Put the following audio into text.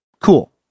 Cool